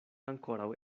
ankoraŭ